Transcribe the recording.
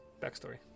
Backstory